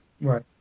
Right